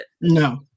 no